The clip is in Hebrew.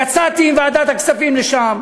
יצאתי עם ועדת הכספים לשם.